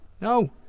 No